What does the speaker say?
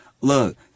Look